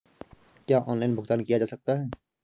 क्या ऑनलाइन भुगतान किया जा सकता है?